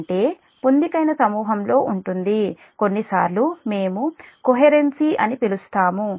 అంటే పొందికైన సమూహంలో ఉంటుంది కొన్నిసార్లు మేము కోహెరేన్సీ అని పిలుస్తాము